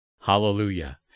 Hallelujah